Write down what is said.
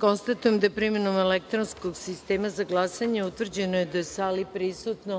Konstatujem da je primenom elektronskog sistema za glasanje utvrđeno da je u sali prisutno